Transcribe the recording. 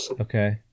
Okay